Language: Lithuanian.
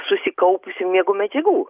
susikaupusių miego medžiagų